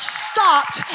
stopped